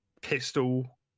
pistol